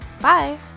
Bye